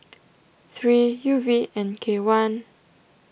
three U V N K one